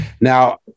Now